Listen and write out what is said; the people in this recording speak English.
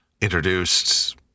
introduced